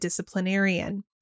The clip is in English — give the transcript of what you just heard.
disciplinarian